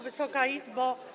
Wysoka Izbo!